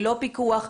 ללא פיקוח,